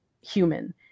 human